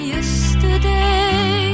Yesterday